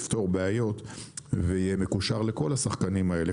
יפתור בעיות ויהיה מקושר לכל השחקנים האלו,